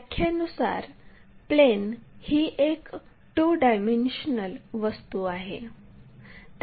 व्याख्येनुसार प्लेन ही एक 2 डायमेन्शनल वस्तू आहे